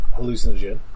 hallucinogen